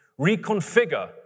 reconfigure